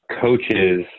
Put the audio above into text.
coaches